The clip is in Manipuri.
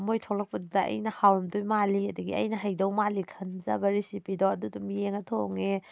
ꯃꯣꯏ ꯊꯣꯛꯂꯛꯄꯗꯨꯗ ꯑꯩꯅ ꯍꯥꯎꯔꯝꯗꯣꯏ ꯃꯥꯜꯂꯤ ꯑꯗꯒꯤ ꯑꯩꯅ ꯍꯩꯗꯧ ꯃꯥꯜꯂꯤ ꯈꯟꯖꯕ ꯔꯤꯁꯤꯄꯤꯗꯣ ꯑꯗꯨ ꯑꯗꯨꯝ ꯌꯦꯡꯉ ꯊꯣꯡꯉꯦ